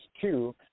two